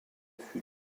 fut